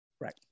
Right